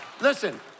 Listen